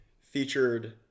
featured